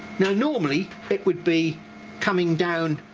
now normally it would be coming down